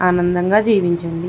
ఆనందంగా జీవించండి